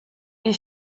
est